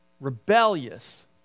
rebellious